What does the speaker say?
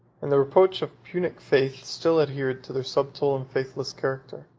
and the reproach of punic faith still adhered to their subtle and faithless character.